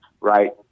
Right